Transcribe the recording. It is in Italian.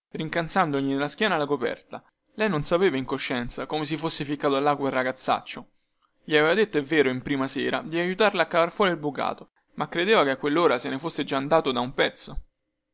rincalzandogli nella schiena la coperta lei non sapeva in coscienza come si fosse ficcato là quel ragazzaccio gli aveva detto è vero in prima sera di aiutarla a cavar fuori il bucato ma credeva che a quellora se ne fosse già andato da un pezzo